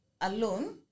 alone